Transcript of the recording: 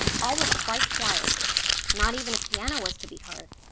all was quite quiet not even a piano was to be heard,